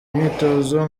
imyitozo